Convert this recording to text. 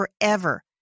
forever